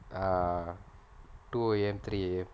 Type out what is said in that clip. uh two A_M three A_M